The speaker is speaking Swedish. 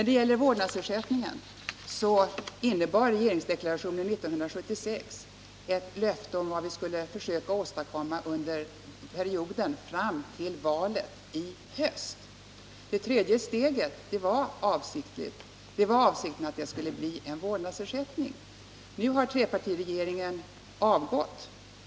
Regeringsdeklarationen 1976 innebar ett löfte om vad vi skulle försöka åstadkomma under perioden fram till valet i höst. Det var avsikten att det tredje steget skulle bli en vårdnadsersättning. Nu har trepartiregeringen avgått.